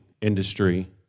industry